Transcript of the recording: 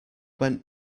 went